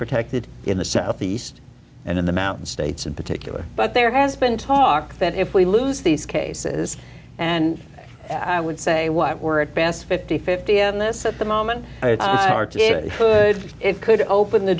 protected in the southeast and in the mountain states in particular but there has been talk that if we lose these cases and i would say what we're at best fifty fifty and this at the moment it could open the